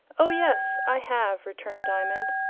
oh yes, i have, returned diamond.